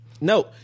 No